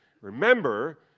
remember